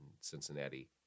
Cincinnati